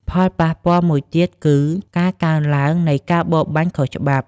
ផលប៉ះពាល់មួយទៀតគឺ ការកើនឡើងនៃការបរបាញ់ខុសច្បាប់។